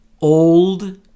old